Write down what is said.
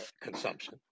consumption